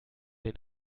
den